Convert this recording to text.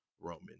Roman